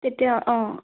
তেতিয়া অঁ